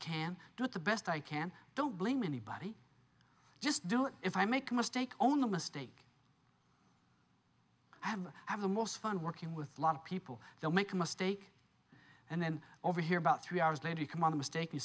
can do it the best i can don't blame anybody just do it if i make a mistake only a mistake i have have the most fun working with lot of people that make a mistake and then over here about three hours later you come on a mistake